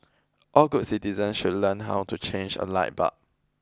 all good citizens should learn how to change a light bulb